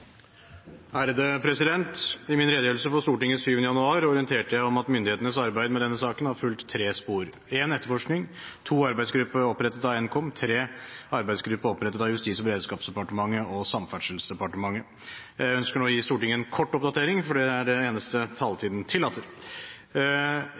I min redegjørelse for Stortinget den 7. januar orienterte jeg om at myndighetenes arbeid med denne saken har fulgt tre spor: etterforskning, arbeidsgruppe opprettet av Nkom og arbeidsgruppe opprettet av Justis- og beredskapsdepartementet og Samferdselsdepartementet Jeg ønsker nå å gi Stortinget en kort oppdatering, for det er det eneste taletiden tillater.